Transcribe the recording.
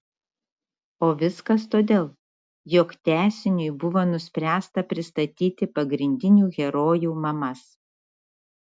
o viskas todėl jog tęsiniui buvo nuspręsta pristatyti pagrindinių herojų mamas